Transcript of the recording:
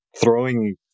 throwing